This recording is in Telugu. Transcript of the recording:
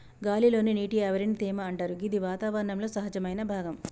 గాలి లోని నీటి ఆవిరిని తేమ అంటరు గిది వాతావరణంలో సహజమైన భాగం